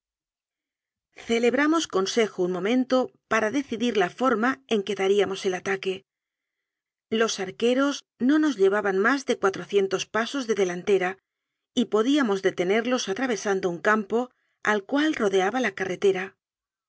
celebramos consejo un momento para decidir la forma en que daríamos el ataque los ai que ros no nos llevaban más de cuatrocientos pasos de delantera y podíamos detenerlos atravesando un campo al cual rodeaba la carretera